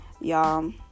Y'all